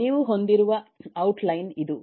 ನೀವು ಹೊಂದಿರುವ ಔಟ್ಲೈನ್ ಇದು